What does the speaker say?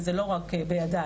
וזה לא רק בידי,